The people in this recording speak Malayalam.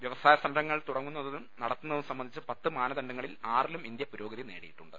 വൃവസായ സംരംഭങ്ങൾ തുടങ്ങുന്നതും നടത്തുന്നതും സംബന്ധിച്ച് പത്ത് മാനദണ്ഡങ്ങളിൽ ആറിലും ഇന്ത്യ പുരോഗതി നേടിയിട്ടുണ്ട്